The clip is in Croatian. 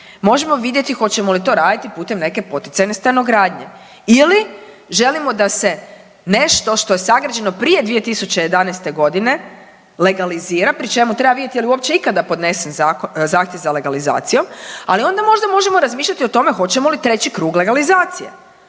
možemo vidjeti hoćemo li to raditi putem neke poticajne stanogradnje ili želimo da se nešto što je sagrađeno prije 2011.g. legalizira, pri čemu treba vidjet je li uopće ikada podnesen zahtjev za legalizacijom, ali onda možda možemo razmišljati o tome hoćemo li treći krug legalizacije,